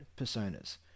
personas